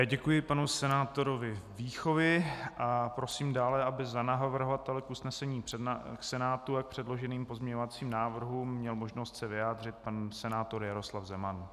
Děkuji panu senátorovi Víchovi a prosím dále, aby za navrhovatele k usnesení Senátu a k předloženým pozměňovacím návrhům měl možnost se vyjádřit pan senátor Jaroslav Zeman.